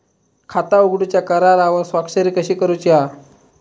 खाता उघडूच्या करारावर स्वाक्षरी कशी करूची हा?